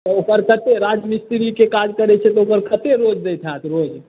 तऽ ओकर कते राजमिस्त्रीके काज करै छै तऽ ओकर कते दैत होयत रोज